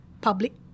public